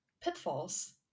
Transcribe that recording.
pitfalls